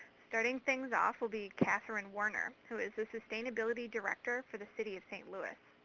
starting things off will be catherine werner, who is the sustainability director for the city of st. louis.